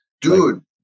Dude